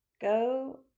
Go